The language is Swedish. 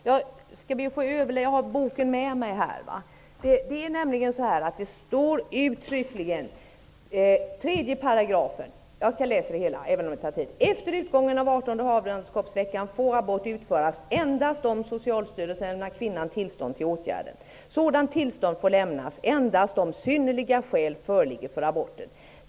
Jag har boken med mig. Det står uttryckligen i 3 §: Efter utgången av 18:e havandeskapsveckan får abort utföras endast om Socialstyrelsen lämnar kvinnan tillstånd till åtgärden. Sådant tillstånd får lämnas endast om synnerliga skäl föreligger för aborten.